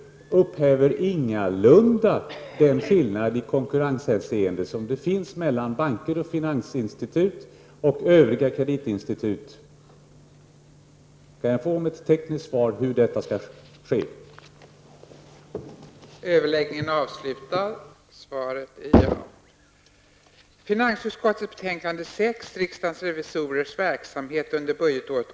Det upphäver ingalunda den skillnad i konkurrenshänseende som finns mellan banker och finansinstitut å ena sidan och övriga kreditinstitut å den andra.